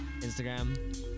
Instagram